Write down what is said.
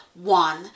one